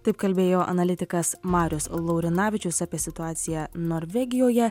taip kalbėjo analitikas marius laurinavičius apie situaciją norvegijoje